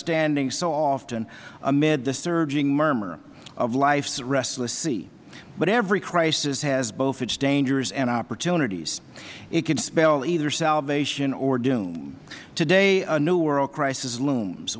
standing so often amid the surging murmur of life's restless sea but every crisis has both its dangers and opportunities it could spell either salvation or doom today a new world crisis looms